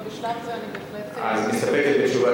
אבל בשלב זה אני בהחלט מסתפקת בתשובה.